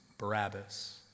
Barabbas